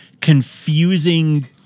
confusing